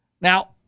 Now